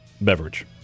beverage